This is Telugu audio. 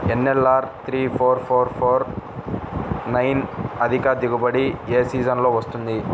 NLR three four four four nine అధిక దిగుబడి ఏ సీజన్లలో వస్తుంది?